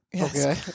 Okay